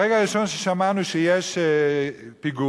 ברגע הראשון ששמענו שיש פיגוע,